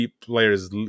players